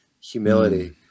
humility